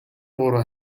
гурав